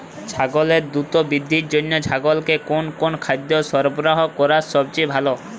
ছাগলের দ্রুত বৃদ্ধির জন্য ছাগলকে কোন কোন খাদ্য সরবরাহ করা সবচেয়ে ভালো?